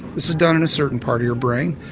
this is done in a certain part of your brain.